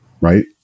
Right